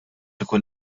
ikun